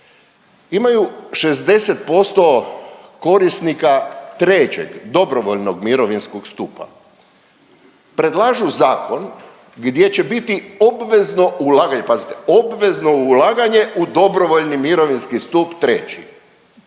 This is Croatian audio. Imaju 60% korisnika III., dobrovoljnog mirovinskog stupa. Predlažu zakon gdje će biti obvezno ulaganje, pazite, obvezno ulaganje u dobrovoljni mirovinski stup III.